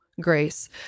grace